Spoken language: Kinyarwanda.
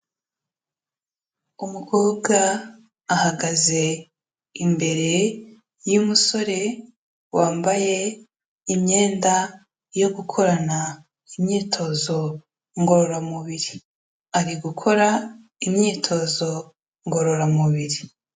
Umukobwa ahagaze imbere y'umusore wambaye imyenda yo gukorana imyitozo ngororamubiri, ari gukora imyitozo ngororamubiri.